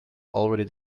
already